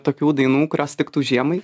tokių dainų kurios tiktų žiemai